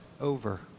over